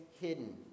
hidden